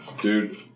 Dude